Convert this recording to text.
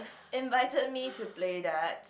invited me to play dart